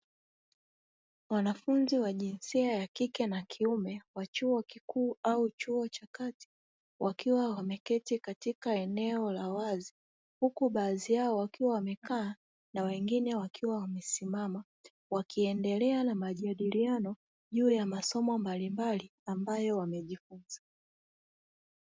Wanafunzi wa jinsia ya kike na kiume wa chuo kikuu au chuo cha kati, wakiwa wameketi katika eneo la wazi huku baadhi yao wakiwa wamekaa na wengine wakiwa wamesimama, wakiendelea na majadiliano juu ya masomo mbalimbali ambayo wamejifunza.